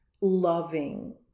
loving